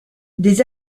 des